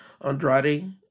andrade